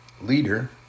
leader